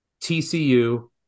TCU